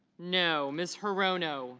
no. miss her row no